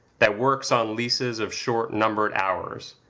that works on leases of short numbered hours,